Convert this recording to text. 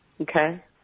Okay